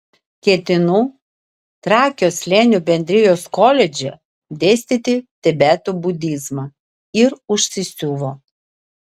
ketinu trakio slėnio bendrijos koledže dėstyti tibeto budizmą ir užsisiuvo